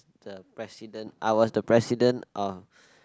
the president I was the president of